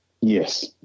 yes